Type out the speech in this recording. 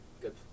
good